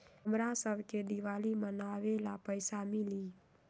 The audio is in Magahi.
हमरा शव के दिवाली मनावेला पैसा मिली?